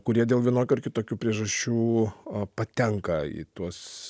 kurie dėl vienokių ar kitokių priežasčių patenka į tuos